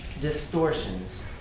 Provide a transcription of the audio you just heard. distortions